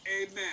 amen